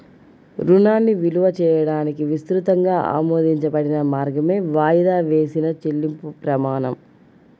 రుణాన్ని విలువ చేయడానికి విస్తృతంగా ఆమోదించబడిన మార్గమే వాయిదా వేసిన చెల్లింపు ప్రమాణం